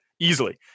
easily